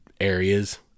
areas